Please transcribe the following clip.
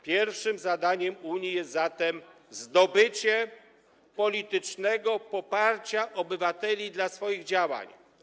Pierwszym zadaniem Unii jest zatem zdobycie politycznego poparcia obywateli dla jej działań.